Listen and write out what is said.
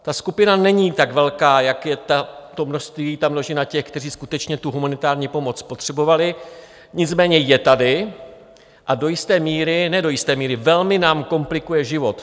Ta skupina není tak velká, jak je množství, množina těch, kteří skutečně humanitární pomoc potřebovali, nicméně je tady a do jisté míry ne do jisté míry, velmi nám komplikuje život.